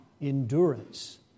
endurance